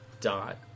dot